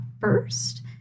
first